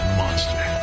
monster